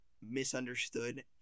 misunderstood